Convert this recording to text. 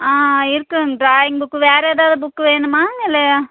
ஆ இருக்குங்க drawing book வேறு எதாவது புக்கு வேணுமா இல்லை